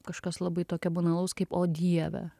kažkas labai tokio banalaus kaip o dieve